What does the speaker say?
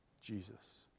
Jesus